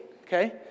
okay